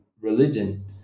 religion